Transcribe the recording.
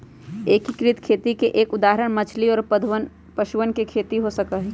एकीकृत खेती के एक उदाहरण मछली और पशुधन के खेती हो सका हई